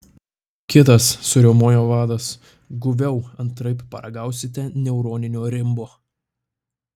kitas suriaumojo vadas guviau antraip paragausite neuroninio rimbo